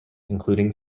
including